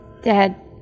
Dad